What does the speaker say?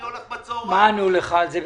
אני הולך בצוהריים --- מה ענו לך על זה?